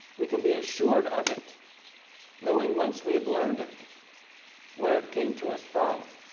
we can be assured of it knowing once we have learned it where it came to us from